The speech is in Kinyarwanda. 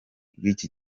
bw’iki